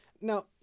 Now